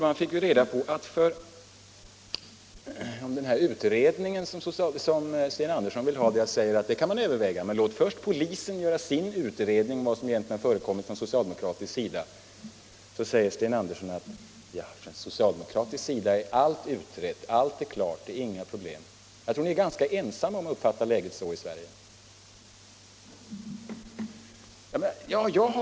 När det gäller den utredning som Sten Andersson föreslagit vill jag säga att det är något som man kan överväga — men låt först polisen göra sin utredning av vad som egentligen har förekommit på socialdemokratiskt håll. Då säger Sten Andersson att på socialdemokratiskt håll är allt utrett och klart. Det är inga problem. Jag tror att ni är ganska ensamma om att uppfatta läget så i Sverige.